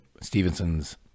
Stevenson's